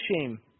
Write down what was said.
shame